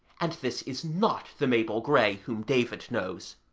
and this is not the mabel grey whom david knows.